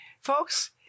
Folks